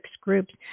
groups